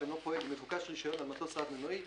אינו פועל ומבוקש רישיון על מטוס רב מנועי,